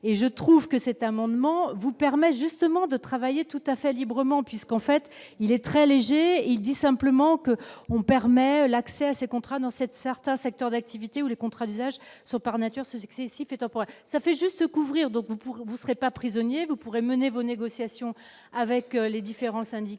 et je trouve que cet amendement vous permet justement de travailler tout à fait librement puisqu'en fait il est très léger, il dit simplement qu'on permet l'accès à ces contrats dans cette certains secteurs d'activité ou les contrats d'usage sont par nature successifs et temporaire, ça fait juste couvrir donc vous pourrez vous serez pas prisonnier, vous pourrez mener vos négociations avec les différents syndicats